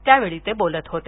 त्यावेळी ते बोलत होते